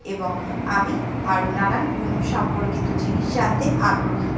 এবং আমি আরও নানান বুনন সম্পর্কিত জিনিস জানতে আগ্রহী